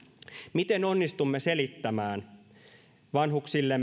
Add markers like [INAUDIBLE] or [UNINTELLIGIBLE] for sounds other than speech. miten onnistumme selittämään vanhuksille [UNINTELLIGIBLE]